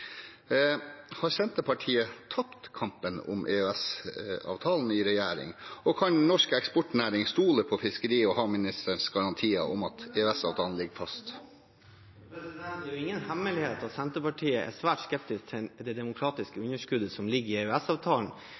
Har Senterpartiet tapt kampen om EØS-avtalen i regjering? Og kan norsk eksportnæring stole på fiskeri- og havministerens garantier om at EØS-avtalen ligger fast? Det er ingen hemmelighet at Senterpartiet er svært skeptisk til det demokratiske underskuddet som ligger i